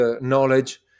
knowledge